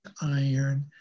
iron